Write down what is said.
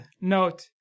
note